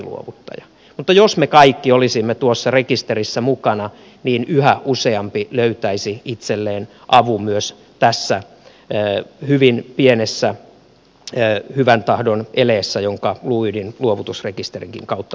mutta jos me kaikki olisimme tuossa rekisterissä mukana niin yhä useampi löytäisi itselleen avun myös tässä hyvin pienessä hyvän tahdon eleessä joka luuydinluovutusrekisterinkin kautta voidaan tehdä